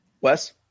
Wes